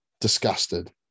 Disgusted